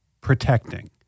protecting